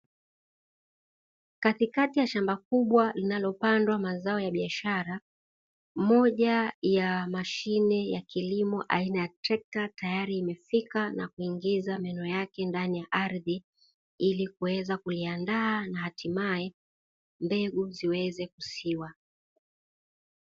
Katikati ya shamba kubwa linalopandwa mazao ya biashara, moja ya mashine ya kilimo aina ya trekta tayari limefika na kuingiza meno yake ndani ya ardhi ili kuweza kuliandaa na hatumae mbegu ziweze kusiwa.